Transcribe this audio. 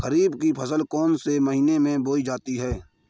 खरीफ की फसल कौन से महीने में बोई जाती है?